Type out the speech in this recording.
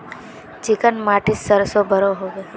Chicken माटित सरसों बढ़ो होबे?